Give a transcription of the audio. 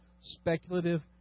speculative